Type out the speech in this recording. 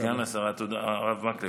סגן השרה, תודה רבה.